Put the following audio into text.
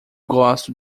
gosto